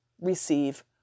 receive